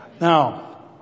Now